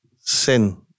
sin